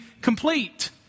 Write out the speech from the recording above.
complete